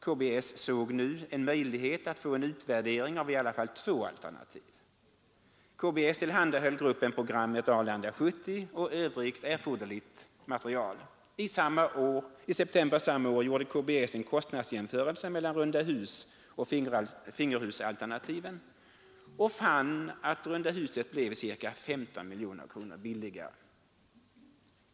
KBS såg nu en möjlighet att få en utvärdering av åtminstone två alternativ. KBS tillhandahöll gruppen program Arlanda 70 och övrigt erforderligt material. I september samma år gjorde KBS en kostnadsjämförelse mellan rundahusoch fingerhusalternativen och fann att runda huset blev ca 15 miljoner kronor billigare.